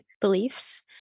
beliefs